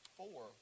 four